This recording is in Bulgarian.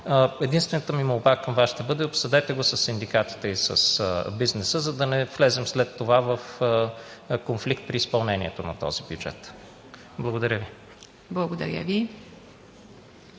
Единствената ми молба към Вас ще бъде: обсъдете го със синдикатите и с бизнеса, за да не влезем след това в конфликт при изпълнението на този бюджет. Благодаря Ви. ПРЕДСЕДАТЕЛ